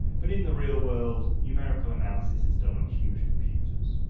but in the real world numerical analysis is done on huge computers.